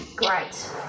Great